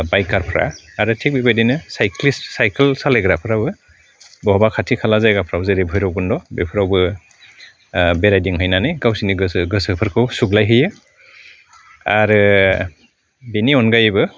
बाइकारफ्रा आरो थिग बेबायिदनो साइख्लिस सायखोल सालायग्राफ्राबो बहाबा खाथि खाला जायगाफोराव जेरै भैरबखुन्द बेफोरावबो बेरायदिंहनानै गावसिनि गोसो गोसोफोरखौ सुग्लायहोयो आरो बेनि अनगायैबो